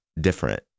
different